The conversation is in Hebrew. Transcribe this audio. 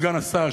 סגן השר,